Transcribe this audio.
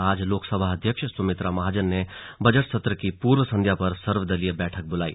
आज लोकसभा अध्यक्ष सुमित्रा महाजन ने बजट सत्र की पूर्व संध्या पर सर्वदलीय बैठक बुलाई